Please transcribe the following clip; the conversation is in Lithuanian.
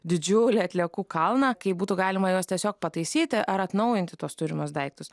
didžiulį atliekų kalną kai būtų galima juos tiesiog pataisyti ar atnaujinti tuos turimus daiktus